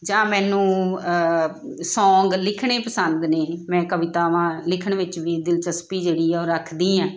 ਜਾਂ ਮੈਨੂੰ ਸੌਂਗ ਲਿਖਣੇ ਪਸੰਦ ਨੇ ਮੈਂ ਕਵਿਤਾਵਾਂ ਲਿਖਣ ਵਿੱਚ ਵੀ ਦਿਲਚਸਪੀ ਜਿਹੜੀ ਆ ਉਹ ਰੱਖਦੀ ਹਾਂ